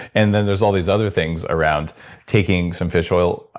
and then there's all these other things around taking some fish oil.